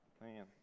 man